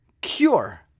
cure